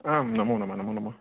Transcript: आं नमो नमः नमो नमः